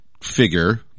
figure